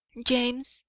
james,